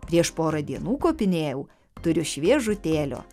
prieš porą dienų kopinėjau turiu šviežutėlio